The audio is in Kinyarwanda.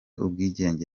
ubwigenge